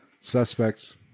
suspects